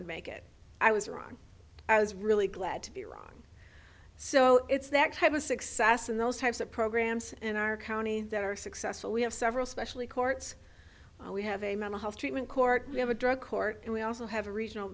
would make it i was wrong i was really glad to be wrong so it's that type of success in those types of programs in our county that are successful we have several specially courts we have a mental health treatment court we have a drug court and we also have a regional